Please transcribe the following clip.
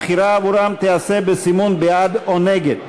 הבחירה עבורם תיעשה בסימון בעד או נגד.